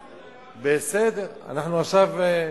בסדר, אנחנו עכשיו,